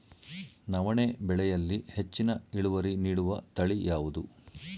ನವಣೆ ಬೆಳೆಯಲ್ಲಿ ಹೆಚ್ಚಿನ ಇಳುವರಿ ನೀಡುವ ತಳಿ ಯಾವುದು?